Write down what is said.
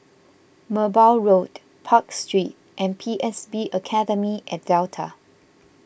Merbau Road Park Street and P S B Academy at Delta